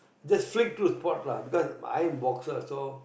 just slick through sport lah because I'm boxer also